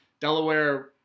Delaware